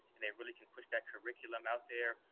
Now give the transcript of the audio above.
and they really can push that curriculum out there.